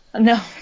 No